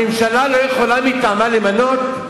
אז הממשלה לא יכולה מטעמה למנות?